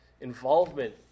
involvement